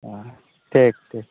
ᱚ ᱴᱷᱤᱠ ᱴᱷᱤᱠ